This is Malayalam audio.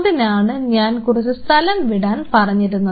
അതിനാണ് ഞാൻ കുറച്ച് സ്ഥലം വിടാൻ പറഞ്ഞിരുന്നത്